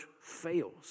fails